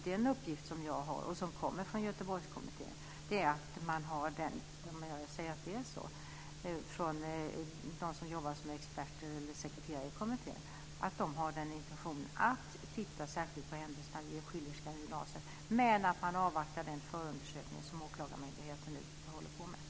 Den uppgift som jag har, och som kommer från Göteborgskommittén, från dem som arbetar som experter eller sekreterare i kommittén, är att de har intentionen att titta särskilt på händelserna i Schillerska gymnasiet men att de avvaktar den förundersökning som åklagarmyndigheten nu håller på med.